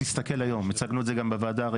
אז אנחנו, תסתכל היום אדוני יושב הראש, תסכל היום.